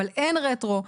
אבל אין רטרו.